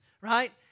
right